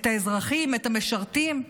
את האזרחים, את המשרתים.